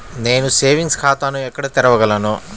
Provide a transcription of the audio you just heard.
నేను సేవింగ్స్ ఖాతాను ఎక్కడ తెరవగలను?